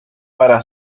para